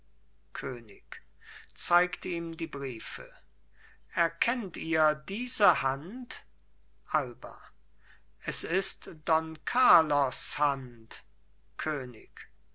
könig zeigt ihm die briefe erkennt ihr diese hand alba es ist don carlos hand könig